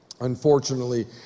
unfortunately